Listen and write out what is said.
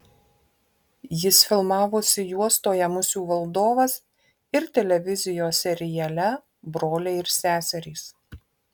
jis filmavosi juostoje musių valdovas ir televizijos seriale broliai ir seserys